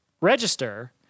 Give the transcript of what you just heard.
register